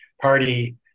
party